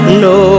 no